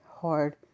hard